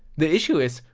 the issue is,